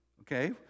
okay